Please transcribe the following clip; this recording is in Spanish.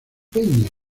peña